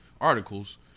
articles